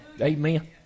Amen